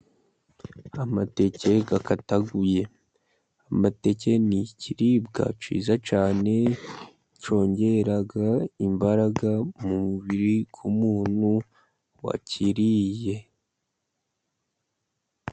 Amateke akataguye. Amateke ni ikiribwa cyiza cyane cyongera imbaraga mubiri ku muntu wakiriye.